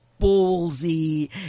ballsy